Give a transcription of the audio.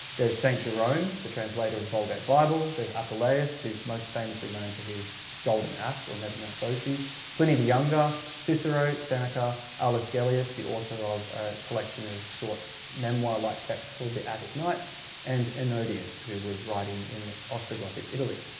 there's st. jerome the translator of the vulgate bible there's apuleius who's most famously known for his golden ass or metamorphosis pliny the younger, cicero, seneca, allus galius, the author of a collection of short memoir like texts called the attic nights and ennodius who was writing in the ostro-gothic italy.